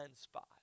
spot